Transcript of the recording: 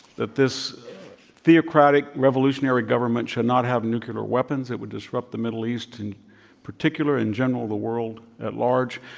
that this theocratic revolutionary government should not have nuclear weapons. it would disrupt the middle east in particular, in general the world at large.